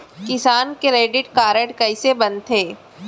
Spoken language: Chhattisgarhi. किसान क्रेडिट कारड कइसे बनथे?